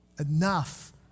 enough